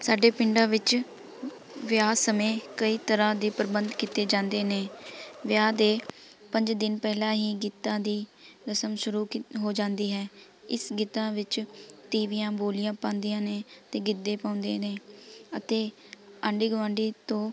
ਸਾਡੇ ਪਿੰਡਾਂ ਵਿੱਚ ਵਿਆਹ ਸਮੇਂ ਕਈ ਤਰ੍ਹਾਂ ਦੇ ਪ੍ਰਬੰਧ ਕੀਤੇ ਜਾਂਦੇ ਨੇ ਵਿਆਹ ਦੇ ਪੰਜ ਦਿਨ ਪਹਿਲਾਂ ਹੀ ਗੀਤਾਂ ਦੀ ਰਸਮ ਸ਼ੁਰੂ ਕੀਤ ਹੋ ਜਾਂਦਾ ਹੈ ਇਸ ਗੀਤਾਂ ਵਿੱਚ ਤੀਵੀਂਆਂ ਬੋਲੀਆਂ ਪਾਉਂਦੀਆਂ ਨੇ ਅਤੇ ਗਿੱਧੇ ਪਾਉਂਦੇ ਨੇ ਅਤੇ ਆਂਢੀ ਗੁਆਂਢੀ ਤੋਂ